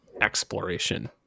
exploration